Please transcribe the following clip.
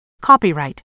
Copyright